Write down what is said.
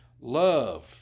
Love